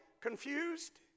Confused